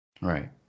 Right